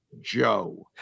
Joe